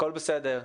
הכול בסדר.